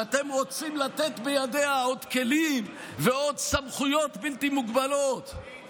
שאתם רוצים לתת בידיה עוד כלים ועוד סמכויות בלתי מוגבלות,